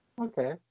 okay